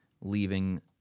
leaving